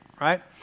right